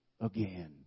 again